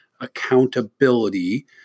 accountability